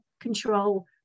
control